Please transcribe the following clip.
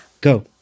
Go